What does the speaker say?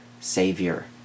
savior